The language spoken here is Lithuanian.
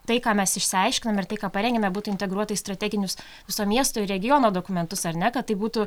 tai ką mes išsiaiškinom ir tik ką parengėme būtų integruota į strateginius viso miesto ir regiono dokumentus ar ne kad tai būtų